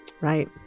right